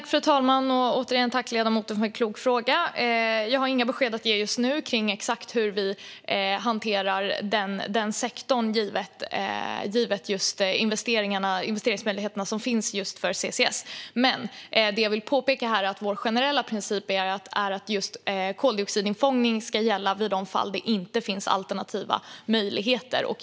Fru talman! Jag tackar återigen ledamoten för en klok fråga. Jag har inga besked att ge just nu kring exakt hur vi hanterar denna sektor när det gäller investeringsmöjligheter för CCS. Jag vill dock påpeka att vår generella princip är att just koldioxidinfångning ska gälla i de fall det inte finns alternativa möjligheter.